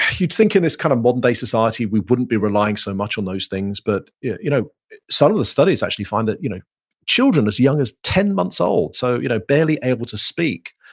you'd think in this kind of modern day society, we wouldn't be relying so much on those things, but you know some of the studies actually find that you know children as young as ten months old, so you know barely able to speak,